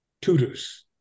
tutors